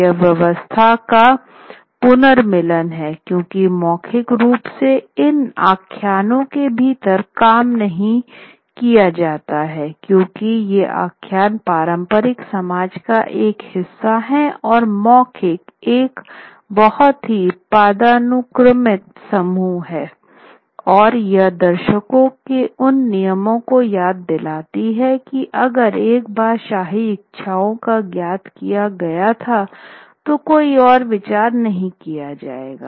ये व्यवस्था का पुनर्मिलन है क्यूंकि मौखिक रूप से इन आख्यानों के भीतर काम किया जाता है क्योंकि ये आख्यान पारंपरिक समाज का एक हिस्सा हैं और मौखिक एक बहुत ही पदानुक्रमित समूह हैं और यह दर्शकों को उन नियमों की याद दिलाती हैं कि अगर एक बार शाही इच्छाओं को ज्ञात किया गया था तो कोई और विचार नहीं किया जाएगा